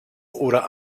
oder